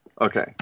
Okay